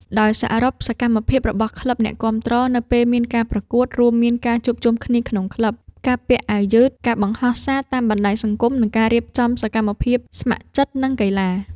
ដោយសរុប សកម្មភាពរបស់ក្លឹបអ្នកគាំទ្រនៅពេលមានការប្រកួត រួមមានការជួបជុំក្នុងក្លឹប ការពាក់អាវយឺត ការបង្ហោះសារតាមបណ្តាញសង្គម និងការរៀបចំសកម្មភាពស្ម័គ្រចិត្ត និងកីឡា។